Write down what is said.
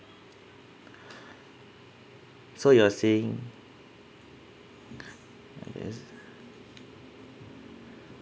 so you are saying